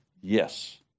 Yes